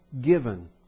Given